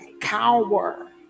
cower